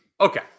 Okay